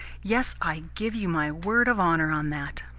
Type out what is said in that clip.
yes, i give you my word of honour on that.